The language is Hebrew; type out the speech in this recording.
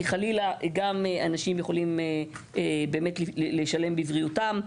כי חלילה, אנשים יכולים באמת לשלם בבריאותם.